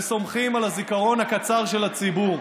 וסומכים על הזיכרון הקצר של הציבור.